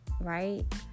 right